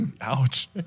Ouch